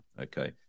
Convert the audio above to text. Okay